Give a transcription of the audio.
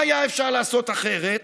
מה היה אפשר לעשות אחרת?